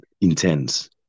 intense